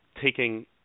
taking